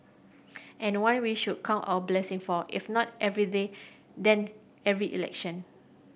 and one we should count our blessing for if not every day then every election